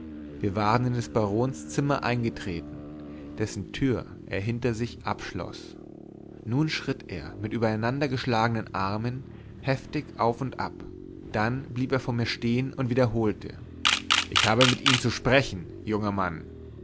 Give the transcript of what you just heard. wir waren in des barons zimmer eingetreten dessen tür er hinter sich abschloß nun schritt er mit übereinandergeschlagenen armen heftig auf und ab dann blieb er vor mir stehen und wiederholte ich habe mit ihnen zu sprechen junger mann